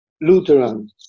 Lutheran